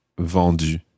vendu